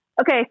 Okay